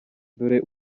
dore